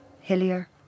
Hillier